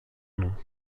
nom